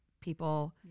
people